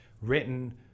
written